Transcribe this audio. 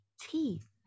Teeth